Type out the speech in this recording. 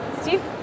Steve